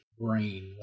brain